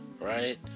right